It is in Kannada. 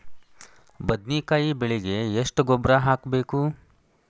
ಬದ್ನಿಕಾಯಿ ಬೆಳಿಗೆ ಎಷ್ಟ ಗೊಬ್ಬರ ಹಾಕ್ಬೇಕು?